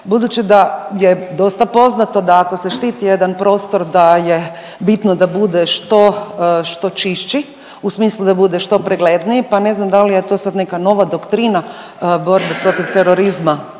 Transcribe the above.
budući da je dosta poznato da ako se štiti jedan prostor da je bitno da bude što, što čišći u smislu da bude što pregledniji pa ne znam da li je to sad neka nova doktrina borbe protiv terorizma